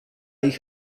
ich